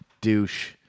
douche